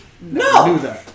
No